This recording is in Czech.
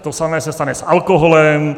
To samé se stane s alkoholem.